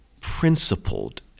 principled